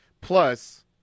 Plus